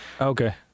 okay